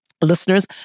listeners